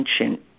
ancient